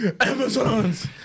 Amazons